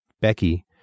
Becky